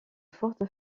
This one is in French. fortes